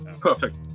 perfect